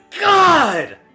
God